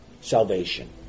salvation